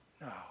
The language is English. No